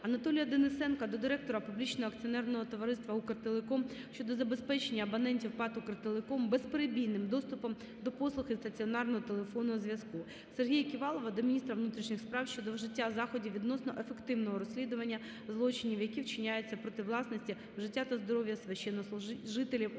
Анатолія Денисенка до директора Публічного акціонерного товариства «Укртелеком» щодо забезпечення абонентів ПАТ "Укртелеком" безперебійним доступом до послуги стаціонарного телефонного зв'язку. Сергія Ківалова до міністра внутрішніх справ України щодо вжиття заходів відносно ефективного розслідування злочинів, які вчиняються проти власності, життя та здоров'я священнослужителів Української